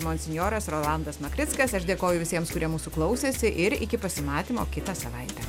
monsinjoras rolandas makrickas aš dėkoju visiems kurie mūsų klausėsi ir iki pasimatymo kitą savaitę